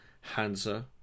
Hansa